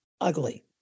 ugly